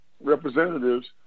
representatives